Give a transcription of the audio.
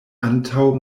antaŭ